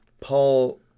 Paul